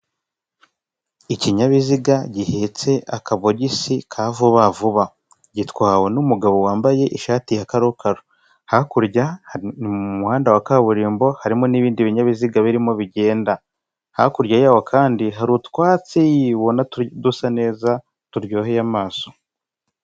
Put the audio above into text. Ikinyabiziga gihetse akabogisi ka vuba vuba gitwawe n'umugabo wambaye ishati ya karokaro hakurya umuhanda wa kaburimbo harimo n'ibindi binyabiziga birimo bigenda. Hakurya yaho kandi hari utwatsi ubona dusa neza turyoheye amaso.